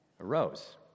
Arose